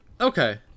okay